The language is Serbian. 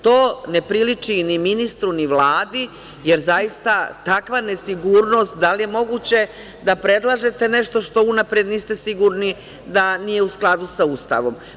To ne priliči ni ministru ni Vladi, jer zaista, takva nesigurnost, da li je moguće da predlažete nešto što unapred niste sigurni da nije u skladu sa Ustavom.